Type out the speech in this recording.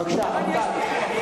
בבקשה, רבותי.